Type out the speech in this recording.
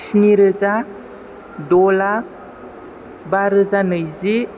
स्नि रोजा द' लाख बा रोजा नैजि